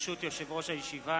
ברשות יושב-ראש הישיבה,